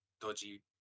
dodgy